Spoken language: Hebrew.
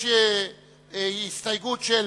הסתייגות של